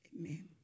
Amen